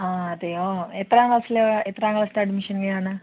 ആ അതേയോ എത്രാം ക്ലാസിലെ എത്രാം ക്ലാസിലത്തെ അഡ്മിഷൻ്റെയാണ്